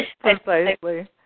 precisely